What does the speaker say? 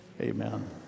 Amen